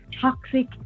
toxic